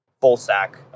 full-stack